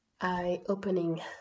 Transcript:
eye-opening